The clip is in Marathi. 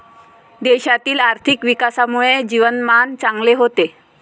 देशातील आर्थिक विकासामुळे जीवनमान चांगले होते